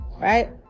right